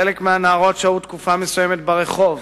חלק מהנערות שהו תקופה מסוימת ברחוב,